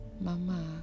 Mama